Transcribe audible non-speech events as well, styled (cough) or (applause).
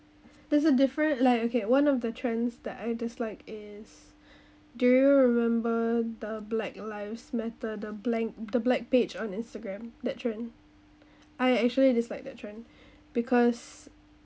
there's a different like okay one of the trends that I dislike is (breath) do you remember the black lives matter the blank the black page on instagram that trend I actually dislike that trend (breath) because